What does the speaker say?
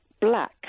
Black